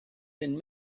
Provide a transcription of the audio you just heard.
been